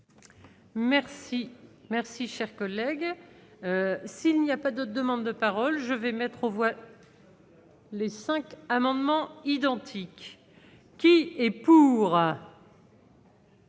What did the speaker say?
Merci, merci, cher collègue, s'il n'y a pas de demandes de parole je vais mettre aux voix. Les 5 amendements identiques qui est pour.